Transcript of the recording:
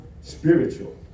spiritual